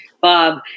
Bob